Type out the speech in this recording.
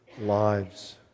lives